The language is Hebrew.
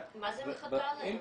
מה זה מחכה להם?